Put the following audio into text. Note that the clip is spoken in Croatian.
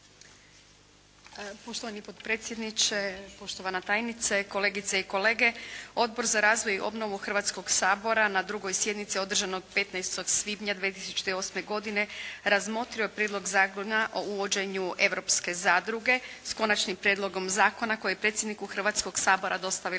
Poštovani potpredsjedniče, poštovana tajnice, kolegice i kolege. Odbor za razvoj i obnovu Hrvatskoga sabora na 2. sjednici održanoj 15. svibnja 2008. godine razmotrio je Prijedlog zakona o uvođenju europske zadruge, s Konačnim prijedlogom zakona koji je predsjedniku Hrvatskoga sabora dostavila